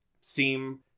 seem